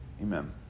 amen